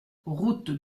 route